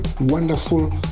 wonderful